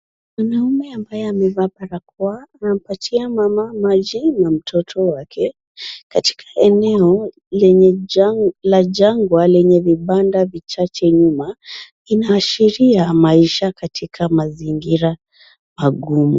Mwanaume ambaye amevaa barakoa anampatia mama maji na mtoto wake katika eneo la jangwa lenye vibanda vichache nyuma. Inaashiria maisha katika mazingira magumu.